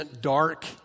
dark